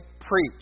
Preach